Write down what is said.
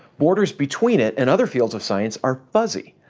borders between it and other fields of science are fuzzy,